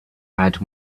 add